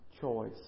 choice